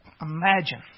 Imagine